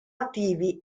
attivi